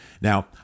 Now